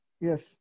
Yes